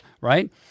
Right